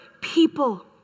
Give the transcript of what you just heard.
people